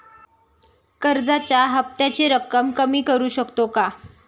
कर्जाच्या हफ्त्याची रक्कम कमी करू शकतो का?